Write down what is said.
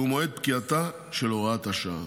שהוא מועד פקיעתה של הוראת השעה.